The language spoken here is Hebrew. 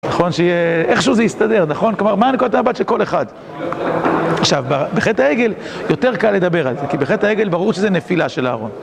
נכון שיהיה... איכשהו זה יסתדר, נכון? כלומר, מה נקודת המבט של כל אחד? עכשיו, בחטא העגל יותר קל לדבר על זה, כי בחטא העגל ברור שזה נפילה של אהרון